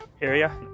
area